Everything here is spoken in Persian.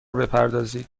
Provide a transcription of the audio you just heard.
بپردازید